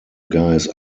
guys